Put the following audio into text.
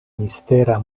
mistera